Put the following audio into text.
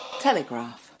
Telegraph